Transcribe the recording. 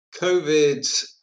COVID